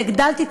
והגדלתי,